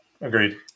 Agreed